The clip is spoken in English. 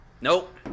Nope